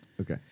Okay